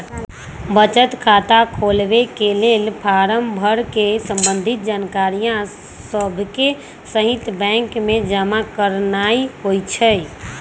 बचत खता खोलबाके लेल फारम भर कऽ संबंधित जानकारिय सभके सहिते बैंक में जमा करनाइ होइ छइ